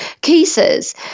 cases